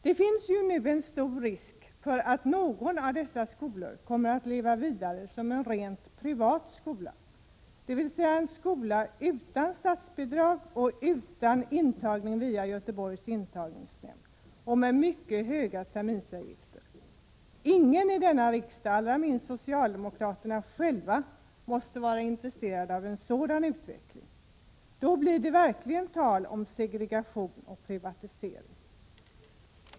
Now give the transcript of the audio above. Det finns nu en stor risk för att någon av dessa skolor kommer att leva vidare som en rent privat skola, dvs. en skola utan statsbidrag och utan intagning via Göteborgs intagningsnämnd samt med mycket höga terminsavgifter. Ingen i denna riksdag, allra minst socialdemokraterna själva, kan vara intresserad av en sådan utveckling. Då skulle det verkligen bli tal om segregation och privatisering.